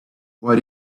what